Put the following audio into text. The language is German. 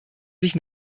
sich